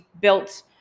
built